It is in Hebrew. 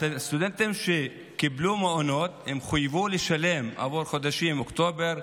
הסטודנטים שקיבלו מעונות חויבו לשלם עבור חודשים אוקטובר,